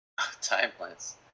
Timeless